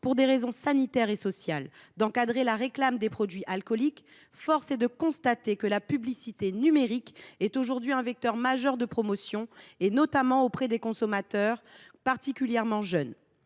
pour des raisons sanitaires et sociales, d’encadrer la réclame pour des produits alcooliques, force est de constater que la publicité numérique est aujourd’hui un vecteur majeur de promotion, notamment auprès des consommateurs particulièrement jeunes.